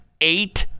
eight